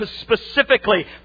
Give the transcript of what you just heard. specifically